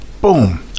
boom